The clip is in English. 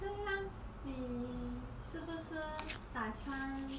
这样你是不是打算